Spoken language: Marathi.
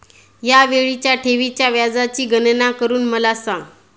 या वेळीच्या ठेवीच्या व्याजाची गणना करून मला सांगा